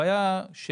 הבעיה היא,